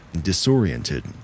disoriented